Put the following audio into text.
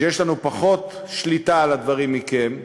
ויש לנו פחות שליטה על הדברים מלכם,